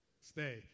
Stay